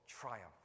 triumph